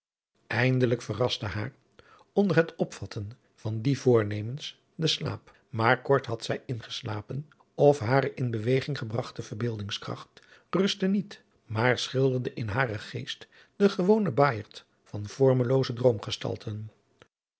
eindelijk verraste haar onder het opvatten van die voornemens de slaap maar kort had zij ingeslapen of hare in beweging gebragte verbeeldingskracht rustte niet maar schilderde in haren geest den gewonen bajerd van